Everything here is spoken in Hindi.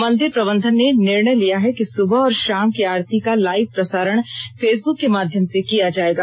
मंदिर प्रबंधन ने निर्णय लिया है कि सुबह और शाम की आरती का लाइव प्रसारण फेसबुक के माध्यम से किया जाएगा